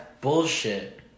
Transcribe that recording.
bullshit